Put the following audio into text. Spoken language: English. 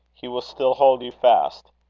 he will still hold you fast.